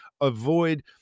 Avoid